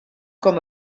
com